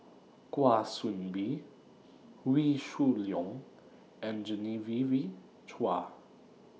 Kwa Soon Bee Wee Shoo Leong and Genevieve Chua